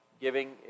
giving